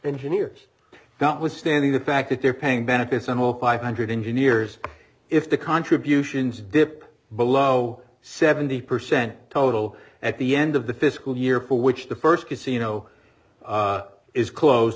engineers not withstanding the fact that they're paying benefits and will buy hundred engineers if the contributions dip below seventy percent total at the end of the fiscal year for which the first casino is close